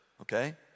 okay